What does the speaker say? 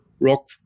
rock